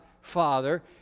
Father